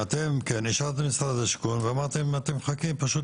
כי שאלתי ואמרתם שאתם מחכים פשוט